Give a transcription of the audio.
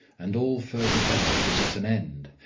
and all further doubt was at an end.